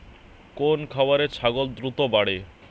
কোন খাওয়ারে ছাগল দ্রুত বাড়ে?